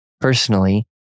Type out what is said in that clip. Personally